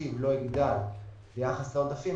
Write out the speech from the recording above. התקציב לא יגדל ביחס לעודפים,